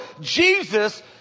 Jesus